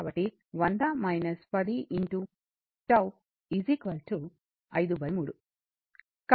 కాబట్టి 100 10 53